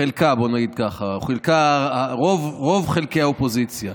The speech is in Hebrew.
חלקה, בוא נגיד כך, או רוב חלקי האופוזיציה.